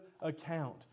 account